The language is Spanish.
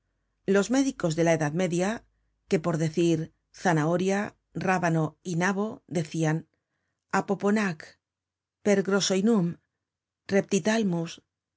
los médicos de la edad media que por decir zanahoria rábano y nabo decían